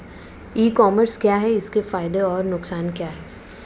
ई commerce क्या है इसके फायदे और नुकसान क्या है?